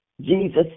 Jesus